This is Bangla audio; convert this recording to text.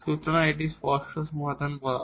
সুতরাং এটিকে স্পষ্ট সমাধান বলা হয়